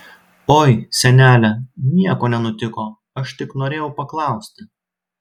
oi senele nieko nenutiko aš tik norėjau paklausti